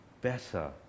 better